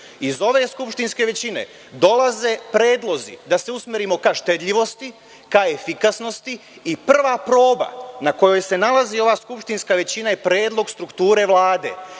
Iz ove skupštinske većine dolaze predlozi da se usmerimo ka štedljivosti, ka efikasnosti i prva proba na kojoj se nalazi ova skupštinska većina je predlog strukture